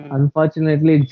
Unfortunately